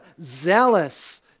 Zealous